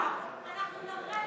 אנחנו נראה,